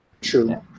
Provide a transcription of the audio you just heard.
True